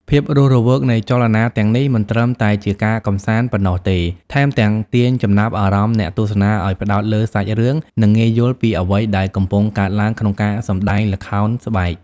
ភាពរស់រវើកនៃចលនាទាំងនេះមិនត្រឹមតែជាការកម្សាន្តប៉ុណ្ណោះទេ ថែមទាំងទាញចំណាប់អារម្មណ៍អ្នកទស្សនាឲ្យផ្តោតលើសាច់រឿង និងងាយយល់ពីអ្វីដែលកំពុងកើតឡើងក្នុងការសម្ដែងល្ខោនស្បែក។